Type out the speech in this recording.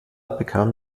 bekam